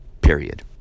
period